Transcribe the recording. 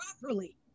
properly